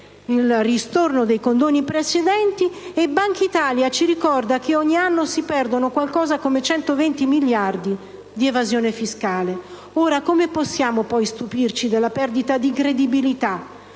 il ristorno dei condoni precedenti e Banca Italia ci ricorda che ogni anno si perde qualcosa come 120 miliardi con l'evasione fiscale. Ora, come possiamo stupirci della perdita di credibilità